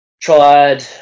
tried